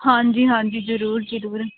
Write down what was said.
ਹਾਂਜੀ ਹਾਂਜੀ ਜ਼ਰੂਰ ਜ਼ਰੂਰ